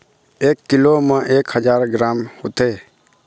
एक कीलो म एक हजार ग्राम होथे